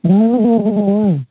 अ